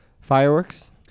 Fireworks